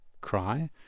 cry